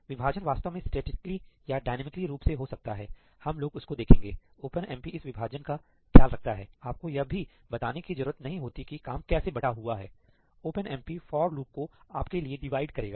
विभाजन वास्तव में स्टैटिसटिकली या डायनामिकली रूप से हो सकता है हम लोग उसको देखेंगे ओपनएमपी इस विभाजन का ख्याल रखता है आपको यह भी बताने की जरूरत नहीं होती कि काम कैसे बटा हुआ है ओपनएमपी फॉर लूप को आपके लिए डिवाइड करेगा